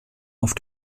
auf